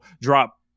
drop